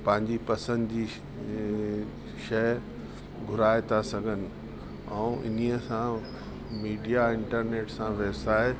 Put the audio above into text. पंहिंजी पसंदि जी शइ घुराए था सघनि ऐं इन्हीअ सां मीडिया इंटरनेट सां व्यवसाय